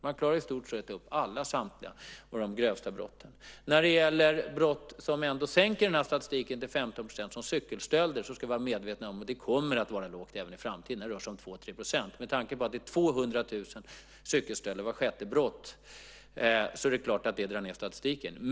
Man klarar i stort sett upp alla de grövsta brotten. När det gäller brott som ändå sänker den här statistiken till 15 %, som cykelstölder, ska vi vara medvetna om att det kommer att vara lågt även i framtiden. Det rör sig om 2-3 %. Med tanke på att det är 200 000 cykelstölder, vart sjätte brott, är det klart att det drar ned statistiken.